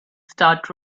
start